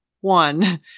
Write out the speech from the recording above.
one